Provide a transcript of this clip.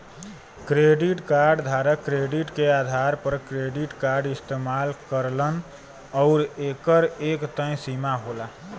credit card धारक credit के आधार पर क्रेडिट कार्ड इस्तेमाल करलन आउर एकर एक तय सीमा होला